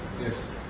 Yes